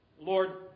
Lord